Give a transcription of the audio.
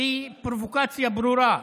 שהיא פרובוקציה ברורה?